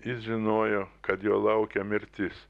jis žinojo kad jo laukia mirtis